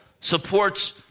supports